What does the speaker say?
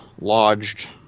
lodged